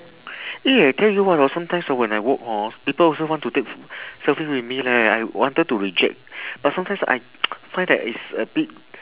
eh I tell you what hor sometimes hor when I walk hor people also want to take selfie with me leh I wanted to reject but sometimes I find that it's a bit